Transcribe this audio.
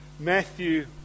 Matthew